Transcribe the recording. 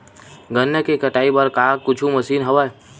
गन्ना के कटाई बर का कुछु मशीन हवय?